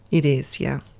it is, yes.